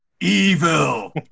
evil